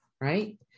Right